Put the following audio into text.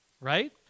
Right